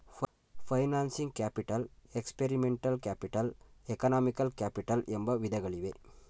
financing capital, experimental capital, economical capital ಎಂಬ ವಿಧಗಳಿವೆ